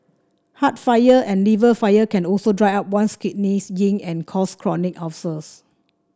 heart fire and liver fire can also dry up one's kidney's yin and cause chronic ulcers